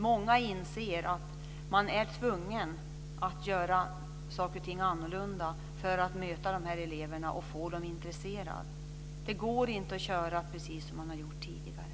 Många inser att man är tvungen att göra saker och ting annorlunda för att möta eleverna och få dem intresserade. Det går inte att göra precis som man har gjort tidigare.